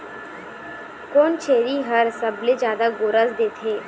कोन छेरी हर सबले जादा गोरस देथे?